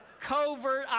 covert